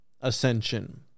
ascension